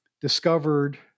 discovered